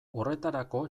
horretarako